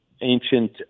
ancient